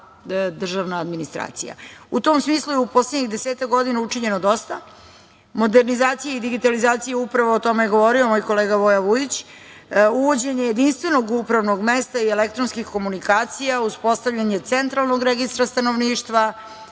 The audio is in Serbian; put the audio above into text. U tom smislu je u poslednjih desetak godina učinjeno dosta, modernizacija i digitalizacija, upravo o tome govorio moj kolega Voja Vujić, uvođenje jedinstvenog upravnog mesta i elektronskih komunikacija, uspostavljanje centralnog registra stanovništva,